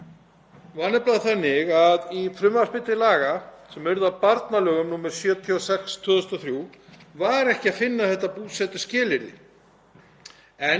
Í meðförum allsherjarnefndar var þessu breytt og ástæðan sem gefin var sú að gæta samræmis